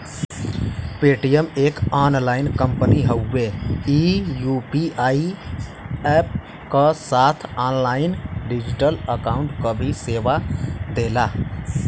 Paytm एक online company हउवे ई यू.पी.आई अप्प क साथ ऑनलाइन डिजिटल अकाउंट क भी सेवा देला